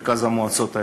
עם מרכז המועצות האזוריות.